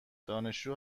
دانشجو